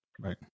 Right